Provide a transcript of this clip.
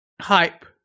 hype